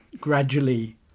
gradually